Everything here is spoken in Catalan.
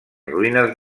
ruïnes